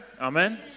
Amen